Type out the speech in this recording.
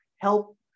help